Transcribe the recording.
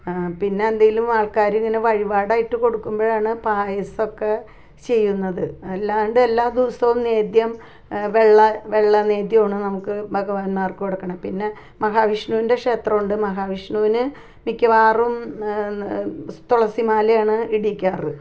പിന്നെ എന്തെങ്കിലും ആൾക്കാർ ഇങ്ങനെ വഴിപാട് ആയിട്ട് കൊടുക്കുമ്പോഴാണ് പായസമൊക്കെ ചെയ്യുന്നത് അല്ലാണ്ട് എല്ലാ ദിവസവും നേദ്യം വെള്ള വെള്ള നേദ്യമാണ് നമുക്ക് ഭഗവാന്മാർക്ക് കൊടുക്കണേ പിന്നെ മഹാവിഷ്ണുവിൻ്റെ ക്ഷേത്രമുണ്ട് മഹാവിഷ്ണുനെ മിക്കവാറും തുളസി മാലയാണ് ഇടിയിക്കാറ്